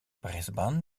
brisbane